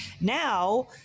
now